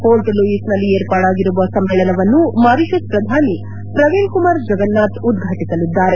port ಲೂಯಿಸ್ನಲ್ಲಿ ಏರ್ಪಾಡಾಗಿರುವ ಸಮ್ನೇಳನವನ್ನು ಮಾರಿಷಸ್ ಪ್ರಧಾನಿ ಪ್ರವೀಣ್ ಕುಮಾರ್ ಜಗನ್ನಾಥ್ ಉದ್ವಾಟಿಸಲಿದ್ದಾರೆ